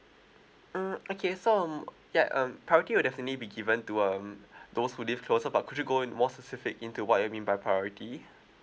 um okay so um ya um priority will definitely be given to um those who live closer but could you go in more specific into what you mean by priority